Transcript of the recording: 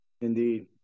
Indeed